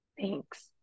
thanks